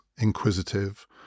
inquisitive